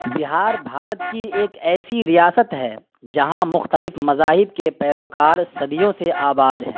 بہار بھارت کی ایک ایسی ریاست ہے جہاں مختلف مذاہب کے پیروکار صدیوں سے آباد ہیں